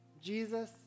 Jesus